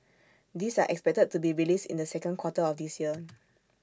these are expected to be released in the second quarter of this year